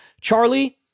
Charlie